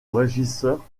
régisseur